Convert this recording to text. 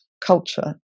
Culture